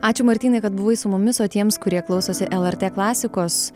ačiū martynai kad buvai su mumis o tiems kurie klausosi lrt klasikos